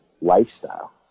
lifestyle